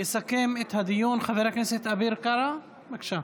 יסכם את הדיון חבר הכנסת אביר קארה, בבקשה.